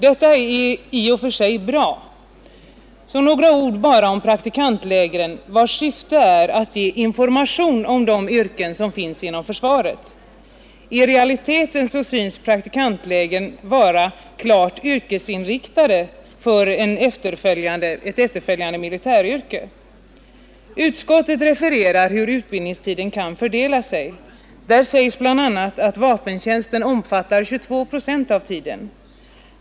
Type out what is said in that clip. Detta är i och för sig bra. Så bara några ord om praktikantlägren, vilkas syfte är att ge information om de yrken som finns inom försvaret. I realiteten syns praktikantlägren vara klart yrkesinriktade för ett efterföljande militäryrke. Utskottet refererar hur utbildningstiden kan fördela sig. Där sägs bl.a. att vapentjänsten omfattar 22 procent av tiden.